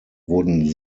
wurden